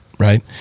Right